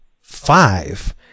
five